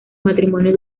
matrimonio